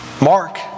Mark